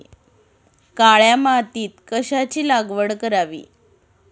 काळ्या मातीत कशाची लागवड करावी?